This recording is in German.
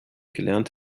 gelernt